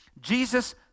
Jesus